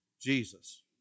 Jesus